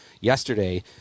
yesterday